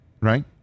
right